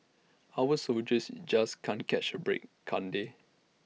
our soldiers just can't catch A break can't they